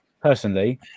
personally